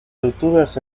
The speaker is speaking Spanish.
youtubers